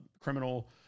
criminal